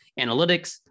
analytics